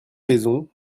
raisons